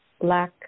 black